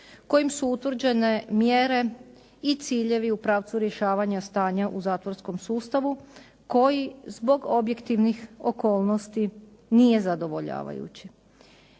kojim su utvrđene mjere i ciljevi u pravcu rješavanja stanja u zatvorskom sustavu koji zbog objektivnih okolnosti nije zadovoljavajući.